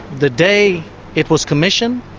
the day it was commissioned,